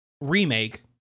remake